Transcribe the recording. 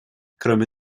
кроме